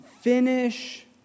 finish